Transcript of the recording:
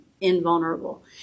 invulnerable